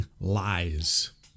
lies